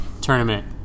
tournament